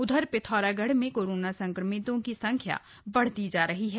उधर पिथौरागढ़ में कोराना संक्रमितों की संख्या बढ़ती जा रही है